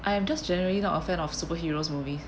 I am just generally not a fan of superheroes movies